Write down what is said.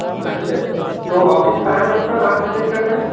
اچھا اچھا تو آفس کہاں ہے آپ کا کہاں سبمٹ کرنا ہے